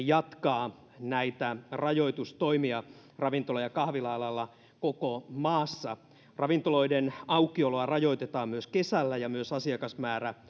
jatkaa näitä rajoitustoimia ravintola ja kahvila alalla koko maassa ravintoloiden aukioloa rajoitetaan myös kesällä ja myös asiakasmäärä